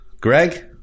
Greg